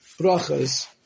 brachas